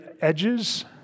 edges